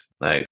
Nice